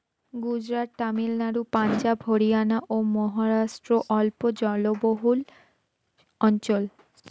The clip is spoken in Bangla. গুজরাট, তামিলনাড়ু, পাঞ্জাব, হরিয়ানা ও মহারাষ্ট্র অল্প জলবহুল অঞ্চল